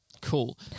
Cool